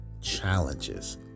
challenges